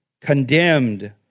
condemned